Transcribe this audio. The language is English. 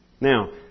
Now